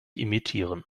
imitieren